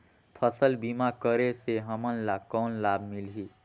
फसल बीमा करे से हमन ला कौन लाभ मिलही?